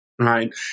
right